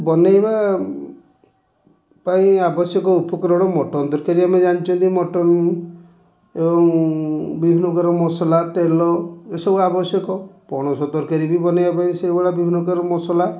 ବନାଇବା ପାଇଁ ଆବଶ୍ୟକ ଉପକରଣ ମଟନ ତରକାରୀ ଆମେ ଜାଣିଛନ୍ତି ମଟନ ଏବଂ ବିଭିନ୍ନପ୍ରକାର ମସଲା ତେଲ ଏସବୁ ଆବଶ୍ୟକ ପଣସ ତରକାରୀ ବି ବନାଇବା ପାଇଁ ସେଭଳିଆ ବିଭିନ୍ନପ୍ରକାର ମସଲା